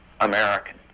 American